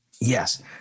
Yes